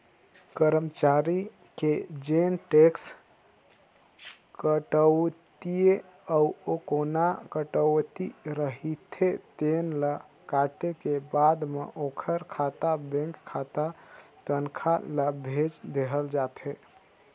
करमचारी के जेन टेक्स कटउतीए अउ कोना कटउती रहिथे तेन ल काटे के बाद म ओखर खाता बेंक खाता तनखा ल भेज देहल जाथे